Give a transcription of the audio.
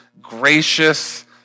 gracious